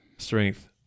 strength